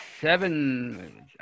seven